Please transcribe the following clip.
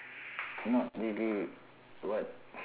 not really what